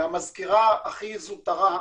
מהמזכירה הכי זוטרה,